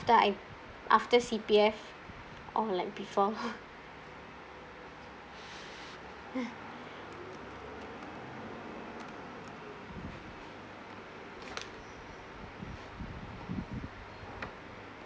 after I after C_P_F or like before